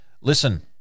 Listen